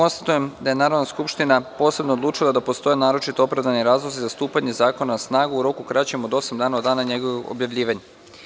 Konstatujem da je Narodna skupština posebno odlučila da postoje naročito opravdani razloga za stupanje zakona na snagu u roku kraćem od osam dana od dana njegovog objavljivanja.